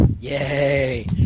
Yay